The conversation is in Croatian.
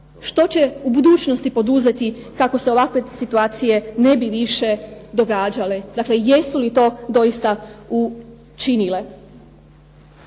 što će u budućnosti poduzeti kako se ovakve situacije ne bi više događale, jesu li to učinile?